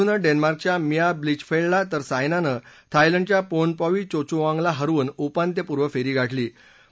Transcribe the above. काल सिंधूनं डेन्मार्कच्य भिया क्लिचफेल्डला तर सायनानं थायलंडच्या पोर्नपावी चोचूवाँगला हरवून उपान्त्यपूर्व फेरी गाठली